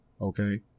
okay